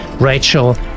rachel